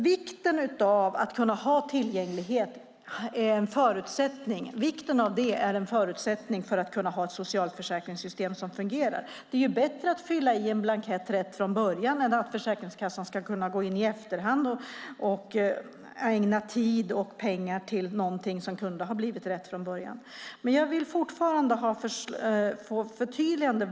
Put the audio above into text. Vikten av tillgänglighet är en förutsättning för att kunna ha ett socialt försäkringssystem som fungerar. Det är bättre att redan från början fylla i en blankett rätt än att Försäkringskassan i efterhand ska ägna tid och pengar åt någonting som redan i början kunde ha blivit rätt. Jag vill fortfarande ha ett förtydligande.